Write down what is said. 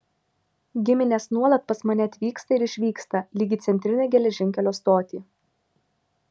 giminės nuolat pas mane atvyksta ir išvyksta lyg į centrinę geležinkelio stotį